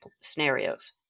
scenarios